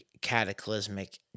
cataclysmic